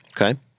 Okay